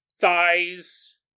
thighs